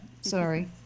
sorry